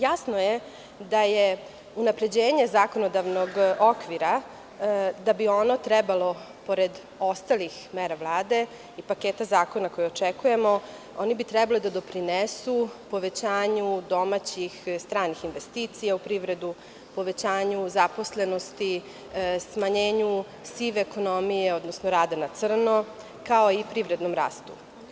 Jasno je da je unapređenje zakonodavnog okvira da bi ono trebalo pored ostalih mera Vlade, ipak je to zakon koji očekujemo, oni bi trebali da doprinesu povećanju domaćih stranih investicija u privredu, povećanju zaposlenosti, smanjenju sive ekonomije, odnosno rada na crno, kao i privrednom rastu.